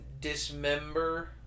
dismember